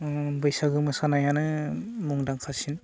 बैसागु मोसानायानो मुंदांखासिन